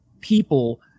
people